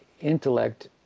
intellect